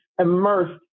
immersed